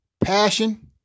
passion